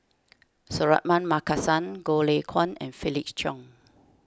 Suratman Markasan Goh Lay Kuan and Felix Cheong